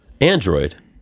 Android